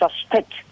suspect